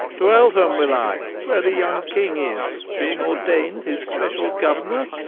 to eltam will i, where the young king is, being ordayn'd his speciall gouernor,